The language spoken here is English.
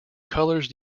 colours